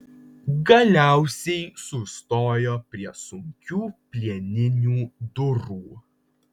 galiausiai sustojo prie sunkių plieninių durų